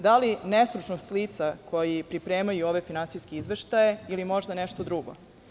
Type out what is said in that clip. Da li nestručnost lica koji pripremaju ove finansijske izveštaje ili možda nešto drugo?